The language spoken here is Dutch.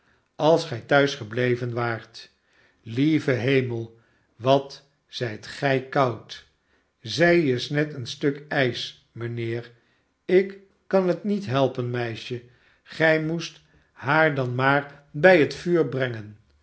als gij thuis gebleven waart lieve hemel wat zijt gij koud zij is net een stuk ijs mijnheer ik kan het niet helpen meisje gij moest haar dan maar bij het vuur brengen